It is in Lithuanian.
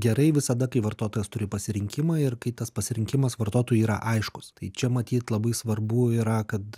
gerai visada kai vartotojas turi pasirinkimą ir kai tas pasirinkimas vartotojui yra aiškus tai čia matyt labai svarbu yra kad